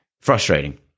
Frustrating